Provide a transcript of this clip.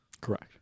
Correct